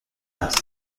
است